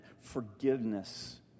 forgiveness